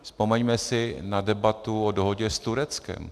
Vzpomeňme si na debatu o dohodě s Tureckem.